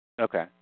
okay